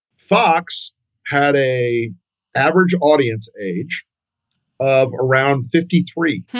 fox had a average audience age of around fifty three.